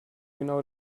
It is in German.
genau